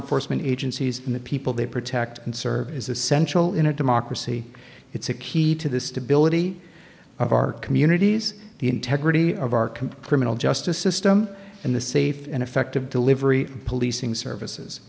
enforcement agencies and the people they protect and serve is essential in a democracy it's a key to the stability of our communities the integrity of our comparable justice system in the safe and effective delivery policing services